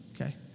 okay